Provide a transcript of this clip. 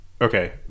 Okay